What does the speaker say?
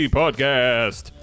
podcast